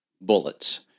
bullets